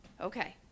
okay